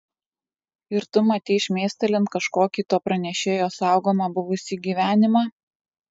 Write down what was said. ir tu matei šmėstelint kažkokį to pranešėjo saugomą buvusį gyvenimą